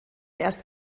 erst